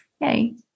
yay